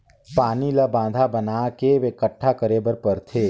पानी ल बांधा बना के एकटठा करे बर परथे